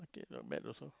it not bad also